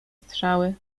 strzały